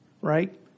Right